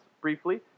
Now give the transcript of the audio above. briefly